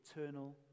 eternal